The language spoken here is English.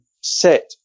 set